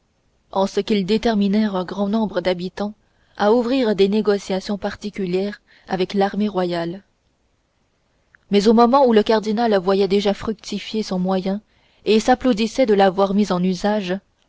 en ce qu'ils déterminèrent un grand nombre d'habitants à ouvrir des négociations particulières avec l'armée royale mais au moment où le cardinal voyait déjà fructifier son moyen et s'applaudissait de l'avoir mis en usage